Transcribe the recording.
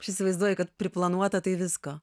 aš įsivaizduoju kad priplanuota tai visko